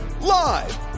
Live